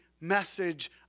message